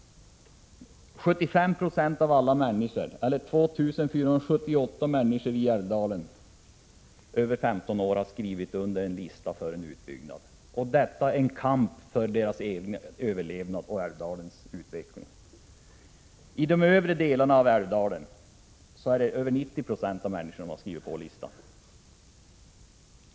75 96 av älvdalens befolkning över 15 år, eller 2 478 människor, har skrivit under en lista för en utbyggnad. Det är en kamp för deras egen överlevnad och för älvdalens utveckling. I de övre delarna av älvdalen har över 90 96 av människorna skrivit på listan.